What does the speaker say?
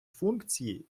функції